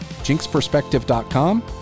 jinxperspective.com